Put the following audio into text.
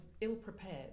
ill-prepared